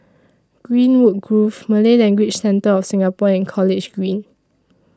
Greenwood Grove Malay Language Centre of Singapore and College Green